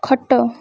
ଖଟ